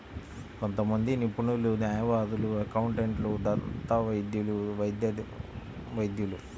కొంతమంది నిపుణులు, న్యాయవాదులు, అకౌంటెంట్లు, దంతవైద్యులు, వైద్య వైద్యులు